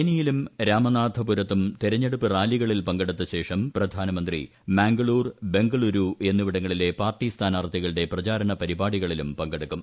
തേനിയിലും രാമനാഥപുരത്തും തെരഞ്ഞെടുപ്പ് റാലികളിൽ പങ്കെടുത്തശേഷം പ്രധാനമന്ത്രി മാംഗ്ലൂർ ബ്ര്ഗുലൂരു എന്നിവിടങ്ങളിലെ പാർട്ടി സ്ഥാനാർത്ഥികളുടെ പ്രിച്ചാരണ പരിപാടികളിലും പങ്കെടുക്കും